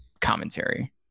commentary